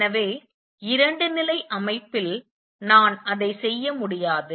எனவே இரண்டு நிலை அமைப்பில் நான் அதை செய்ய முடியாது